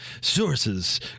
Sources